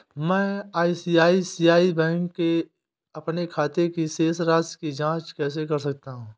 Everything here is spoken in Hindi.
मैं आई.सी.आई.सी.आई बैंक के अपने खाते की शेष राशि की जाँच कैसे कर सकता हूँ?